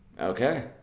Okay